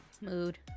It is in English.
Mood